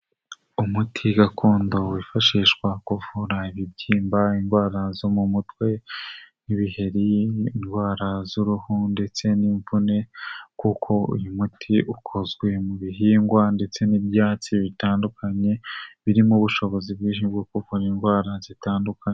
Umuti gakondo wifashishwa kuvura ibibyimba, indwara zo mu mutwe, nk'ibiheri, indwara z'uruhu ndetse n'imvune, kuko uyu muti ukozwe mu bihingwa ndetse n'ibyatsi bitandukanye birimo ubushobozi bwinshi bwo kuvura indwara zitandukanye.